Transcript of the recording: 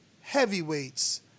heavyweights